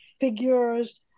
Figures